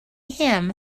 him